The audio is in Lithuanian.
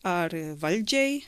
ar valdžiai